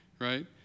right